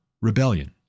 rebellion